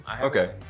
Okay